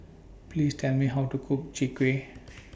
Please Tell Me How to Cook Chwee Kueh